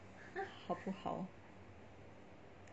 好不好